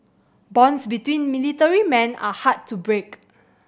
bonds between military men are hard to break